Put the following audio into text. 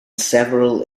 several